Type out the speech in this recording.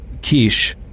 Kish